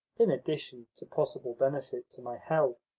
in addition to possible benefit to my health,